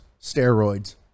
steroids